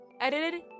edited